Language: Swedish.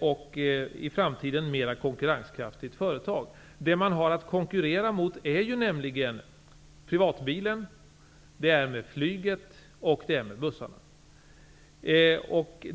och i framtiden mer konkurrenskraftigt företag. Det man har att konkurrera med är privatbilen, flyget och bussarna.